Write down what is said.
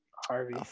Harvey